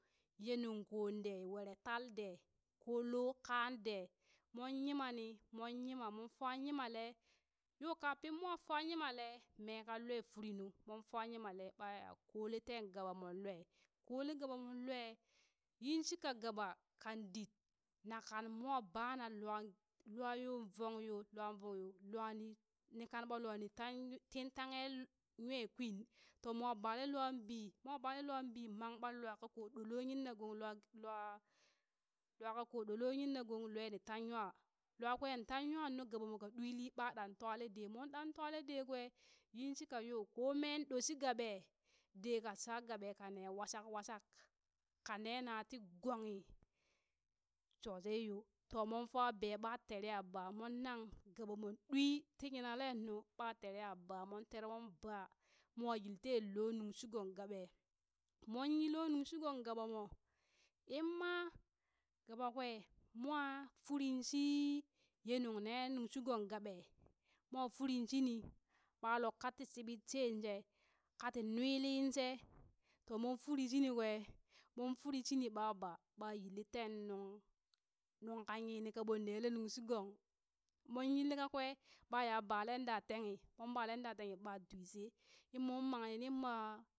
Yee nuŋkoo dee were tal dee, ko lo kaaŋ dee, mooon nyimani moon yimani mon faa nyimalee yo kapin mwa faa nyimalee, mee kan lwaa firinu moon faa nyimalee baya koolee teen gaɓa moon koolee gaba moon lwaaa yin shika gaba kan dit na kan mowa bana lwa, lwa yoo vong yoo lwa vong yoo lwa ni nikan baa lwaa ni tagh tin tanghe l nyakwin, too mooh balee lwaa bii mwa balee lwa bii mang baa lwaa kakoo doo loo yinna gong lwaa lwaa lwa ka koo ɗo loo ni yinna gong lwe ni taŋ nywaa, lwaa kweŋ tan nwaŋ nuu gaba moo ka ɗwili ɓaa ɗan twalee dee moon twalee dee kwee yin shika yoo koo mee ɗo shi gaɓe dee ka sha gaɓa kaa nee washak washak ka nee naa tii gonghi shoshai yoo. too moon faa bee ɓaa teree aa baa moon gaɓa moon ɗwii ti yilaleenu ɓa teree a baa moon teeree moon baa, mwa yil tee loo nunshu gong gaɓe moon yi loo nungshi gong gaɓa mo inma gaba kwee mwa furiin shi yee nung nee nunshi gong gaɓe, mwa firin shini ɓah luk ka tii shibit sheen shee. kati nwali shee to moon firi shii ni kwee, moon firi shinii ɓa baa ɓa yilli tee nuŋ nuŋka yiinii kaɓon neele nuŋ shi gong moon yilli kakwee ɓa ya baleen da tanghi, moon balen daa tenghi ɓa dwii shee in moon mangni nin ma